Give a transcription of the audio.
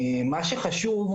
מה שחשוב,